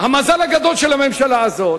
המזל הגדול של הממשלה הזאת,